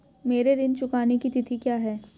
मेरे ऋण चुकाने की तिथि क्या है?